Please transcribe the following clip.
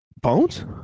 Bones